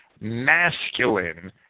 masculine